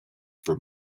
for